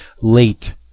late